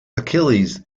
achilles